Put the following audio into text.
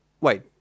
wait